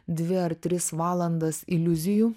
dvi ar tris valandas iliuzijų